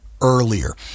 earlier